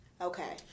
Okay